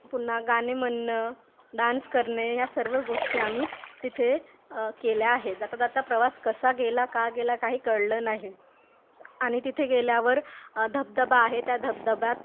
पुन्हा गाणे म्हणणं डान्स करणे या सर्व गोष्टी आम्ही तिथे केल्या आहेत जाता जाता प्रवास कसा गेला का गेला काही कळलं नाही आणि तिथे गेल्यावर धबधबा आहे त्या धबधब्यात